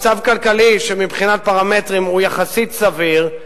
מצב כלכלי שמבחינת פרמטרים הוא יחסית סביר,